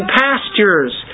pastures